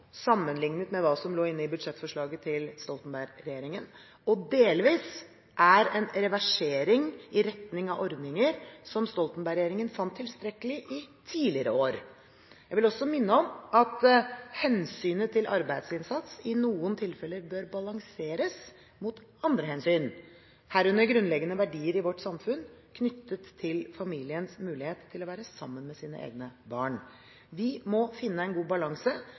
sammenlignet med hva som lå inne i budsjettforslaget til Stoltenberg-regjeringen, og delvis er en reversering i retning av ordninger som Stoltenberg-regjeringen fant tilstrekkelig i tidligere år. Jeg vil også minne om at hensynet til arbeidsinnsats i noen tilfeller bør balanseres mot andre hensyn, herunder grunnleggende verdier i vårt samfunn knyttet til familiens mulighet til å være sammen med sine egne barn. Vi må finne en god balanse